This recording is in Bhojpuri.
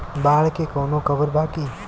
बाढ़ के कवनों खबर बा की?